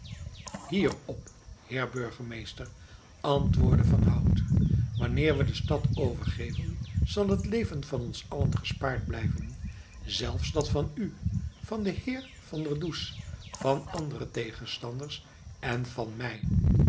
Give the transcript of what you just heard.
hier op heer burgemeester antwoordde van hout wanneer we de stad overgeven zal het leven van ons allen gespaard blijven zelfs dat van u van den heer van der does van andere tegenstanders en van mij